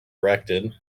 erected